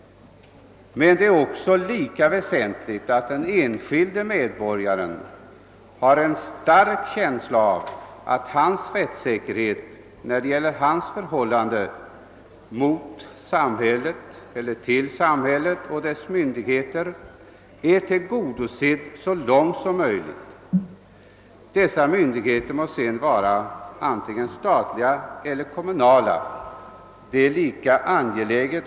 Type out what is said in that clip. Men det är lika väsentligt att den enskilde medborgaren har en stark känsla av att hans rättssäkerhet är tillgodosedd så långt som möjligt när det gäller hans förhållande till samhället och dess myndigheter, vare sig dessa myndigheter är statliga eller kommunala: Herr talman!